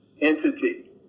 entity